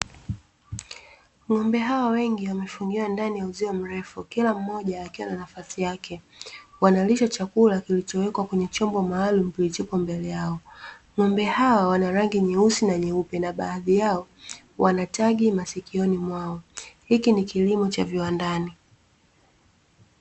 Ng'ombe hao wengi wamefungiwa ndani ya uzio mrefu kila mmoja akiwa na nafasi yake, wanalishwa chakula kilichowekwa kwenye chombo maalumu kilichopo mbele yao, ngombe hawa wanarangi nyeusi na nyeupe na baadhi yao wana tagi masikioni mwao. Hiki ni kilimo cha viwandani.